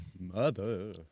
Mother